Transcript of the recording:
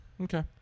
Okay